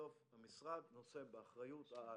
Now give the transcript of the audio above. בסוף המשרד נושא באחריות-העל,